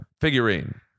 figurine